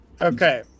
Okay